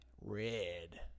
red